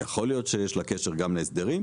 יכול להיות שיש לה קשר גם להסדרים,